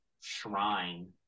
shrine